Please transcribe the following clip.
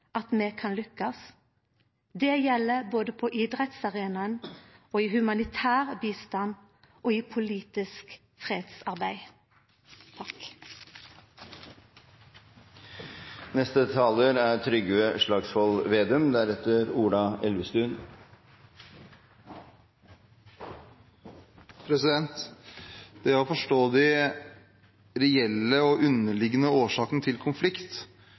at vi kan lukkast. Det gjeld både på idrettsarenaen, i humanitær bistand og i politisk fredsarbeid. Det å forstå de reelle og underliggende årsakene til konflikt